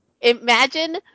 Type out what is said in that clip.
Imagine